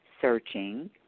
searching